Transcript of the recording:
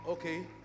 Okay